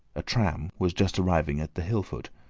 a tram was just arriving at the hill foot.